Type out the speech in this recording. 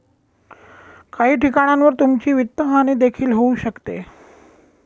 काही ठिकाणांवर तुमची वित्तहानी देखील होऊ शकते